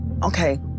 okay